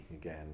again